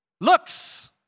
looks